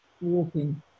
walking